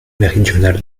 méridional